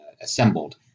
assembled